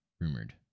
Rumored